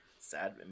Sad